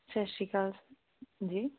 ਸਤਿ ਸ਼੍ਰੀ ਅਕਾਲ ਜੀ